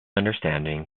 understanding